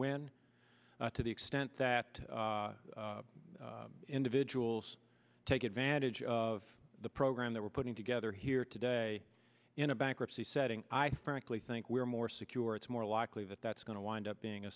win to the extent that individuals take advantage of the program that we're putting together here today in a bankruptcy setting i frankly think we're more secure it's more likely that that's going to wind up being a